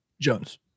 Jones